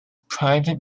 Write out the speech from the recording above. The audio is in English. private